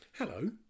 Hello